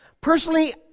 Personally